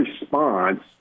response